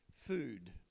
food